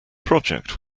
project